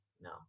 No